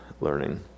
learning